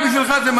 רק בשבילך.